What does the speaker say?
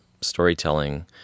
storytelling